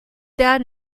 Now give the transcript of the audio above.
that